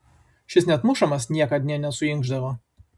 šis net mušamas niekad nė nesuinkšdavo